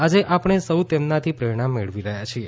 આજે આપણે સૌ તેમનાથી પ્રેરણા મેળવી રહ્યાં છીએ